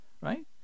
right